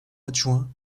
adjoint